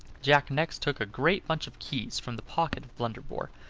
jack next took a great bunch of keys from the pocket of blunderbore,